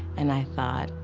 and i thought,